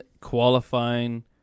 qualifying